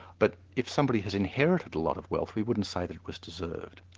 but if somebody has inherited a lot of wealth, we wouldn't say that it was deserved.